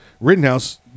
Rittenhouse